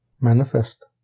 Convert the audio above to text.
Manifest